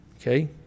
Okay